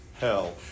hell